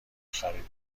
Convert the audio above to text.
خریدم